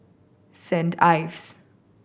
Saint Ives